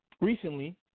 Recently